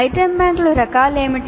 item బ్యాంకుల రకాలు ఏమిటి